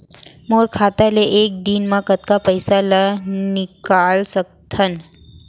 मोर खाता ले एक दिन म कतका पइसा ल निकल सकथन?